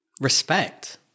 respect